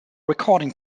recording